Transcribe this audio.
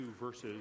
verses